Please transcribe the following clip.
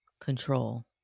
Control